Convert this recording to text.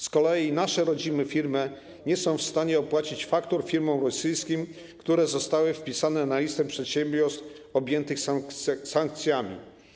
Z kolei nasze rodzime firmy nie są w stanie opłacić faktur firmom rosyjskim, które zostały wpisane na listę przedsiębiorstw objętych sankcjami.